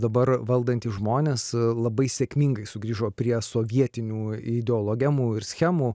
dabar valdantys žmonės labai sėkmingai sugrįžo prie sovietinių ideologemų ir schemų